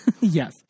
Yes